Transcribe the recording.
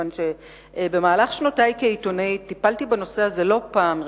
כיוון שבמהלך שנותי כעיתונאית טיפלתי בנושא הזה לא פעם,